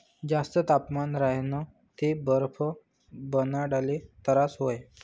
जास्त तापमान राह्यनं ते बरफ बनाडाले तरास व्हस